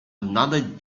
another